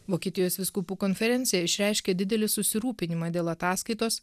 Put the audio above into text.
vokietijos vyskupų konferencija išreiškė didelį susirūpinimą dėl ataskaitos